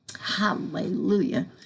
Hallelujah